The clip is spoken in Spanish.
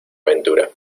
ventura